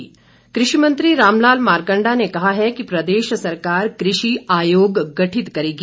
मारकंडा कृषि मंत्री राम लाल मारकंडा ने कहा है कि प्रदेश सरकार कृषि आयोग गठित करेगी